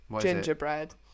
Gingerbread